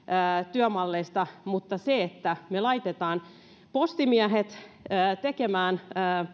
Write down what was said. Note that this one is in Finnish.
työmalleista mutta se että me laitamme postimiehet tekemään